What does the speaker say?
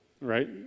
right